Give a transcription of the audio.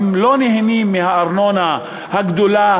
הם לא נהנים מהארנונה הגדולה,